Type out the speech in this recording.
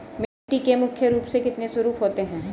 मिट्टी के मुख्य रूप से कितने स्वरूप होते हैं?